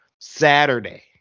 Saturday